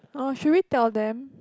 oh should we tell them